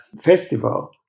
festival